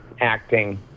acting